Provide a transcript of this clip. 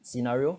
scenario